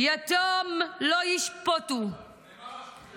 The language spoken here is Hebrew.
-- "יתום לא ישפֹּטו" -- זה נאמר על השופטים.